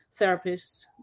therapists